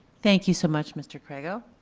thank you so much, mr. crageo.